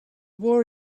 war